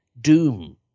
doom